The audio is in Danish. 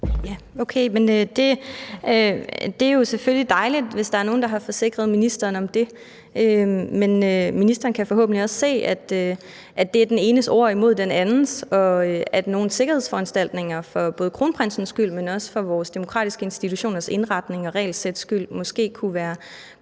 dejligt, hvis der er nogen, der har forsikret ministeren om det, men ministeren kan forhåbentlig også se, at det er den enes ord imod den andens, og at nogle sikkerhedsforanstaltninger for både kronprinsens skyld, men også for vores demokratiske institutioners indretning og regelsæts skyld måske kunne være